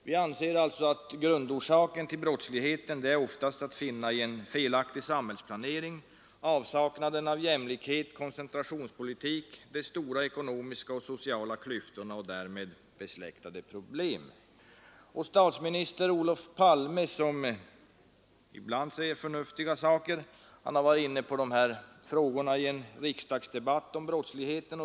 Vi anser att grundorsakerna till brottslighet oftast är att finna i en felaktig samhällsplanering, avsaknaden av jämlikhet, koncentrationspolitiken, de stora ekonomiska och sociala klyftorna och därmed besläktade problem. Statsminister Olof Palme, som ibland säger förnuftiga saker, har varit inne på dessa faktorer ien tidigare riksdagsdebatt om brottsligheten.